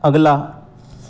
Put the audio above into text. ਅਗਲਾ